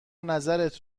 نظرت